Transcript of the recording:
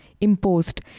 imposed